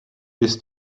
this